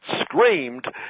screamed